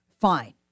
fine